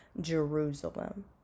Jerusalem